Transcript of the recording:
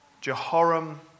Jehoram